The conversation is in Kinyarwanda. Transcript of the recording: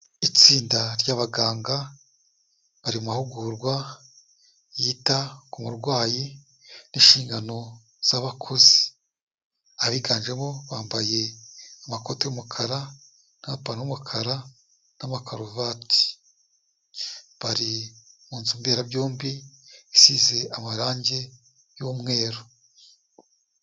Itsinda ry'abaganga bari mu mahugurwa yita ku murwayi n'inshingano z'abakozi, abiganjemo bambaye amakoti y'umukara n'amapantaro y'umukara n'amakaruvati, bari mu nzu mberabyombi isize amarangi y'umweru.